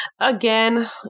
again